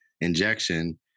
injection